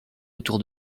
autour